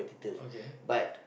okay